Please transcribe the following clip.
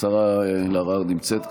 השרה אלהרר נמצאת כאן.